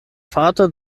vater